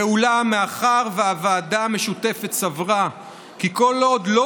אולם מאחר שהוועדה המשותפת סברה כי כל עוד לא